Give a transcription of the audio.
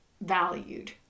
valued